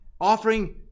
Offering